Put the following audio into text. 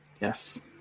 Yes